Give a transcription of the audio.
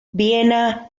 viena